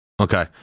Okay